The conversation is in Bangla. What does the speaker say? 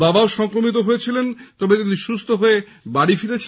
বাবাও সংক্রমিত হয়েছিলেন তবে তিনি সুস্হু হয়ে বাড়ি ফিরেছেন